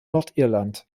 nordirland